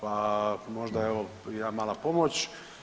Pa možda evo jedna mala pomoć.